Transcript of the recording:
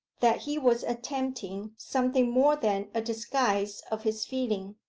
that he was attempting something more than a disguise of his feeling.